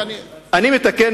אני מצטט,